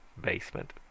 basement